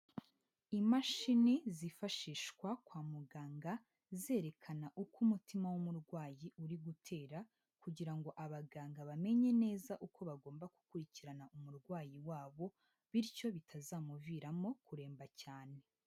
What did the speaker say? Imashini zifashishwa kwa muganga zerekana uko umutima w'umurwayi uri gutera kugira ngo abaganga bamenye neza uko bagomba gukurikirana umurwayi wabo, bityo bitazamuviramo kuremba cyane.